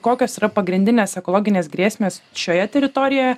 kokios yra pagrindinės ekologinės grėsmės šioje teritorijoje